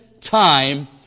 time